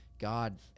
god